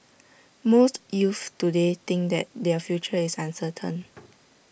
most youths today think that their future is uncertain